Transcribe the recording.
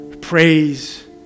praise